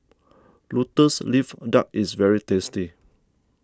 Lotus Leaf Duck is very tasty